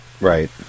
Right